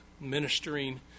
ministering